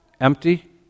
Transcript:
empty